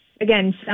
Again